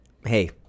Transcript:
hey